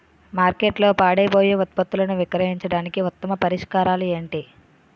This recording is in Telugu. మార్కెట్లో పాడైపోయే ఉత్పత్తులను విక్రయించడానికి ఉత్తమ పరిష్కారాలు ఏంటి?